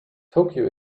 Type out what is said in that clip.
tokyo